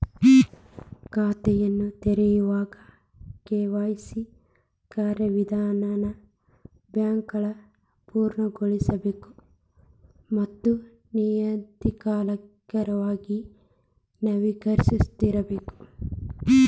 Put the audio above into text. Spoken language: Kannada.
ಖಾತೆನ ತೆರೆಯೋವಾಗ ಕೆ.ವಾಯ್.ಸಿ ಕಾರ್ಯವಿಧಾನನ ಬ್ಯಾಂಕ್ಗಳ ಪೂರ್ಣಗೊಳಿಸಬೇಕ ಮತ್ತ ನಿಯತಕಾಲಿಕವಾಗಿ ನವೇಕರಿಸ್ತಿರಬೇಕ